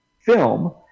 film